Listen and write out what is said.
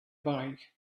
bike